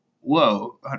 whoa